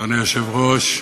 אדוני היושב-ראש,